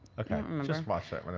okay, just watch it.